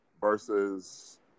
versus